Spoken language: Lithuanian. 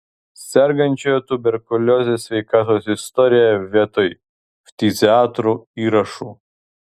sergančiojo tuberkulioze sveikatos istoriją vietoj ftiziatrų įrašų